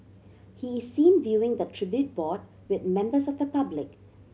he is seen viewing the tribute board with members of the public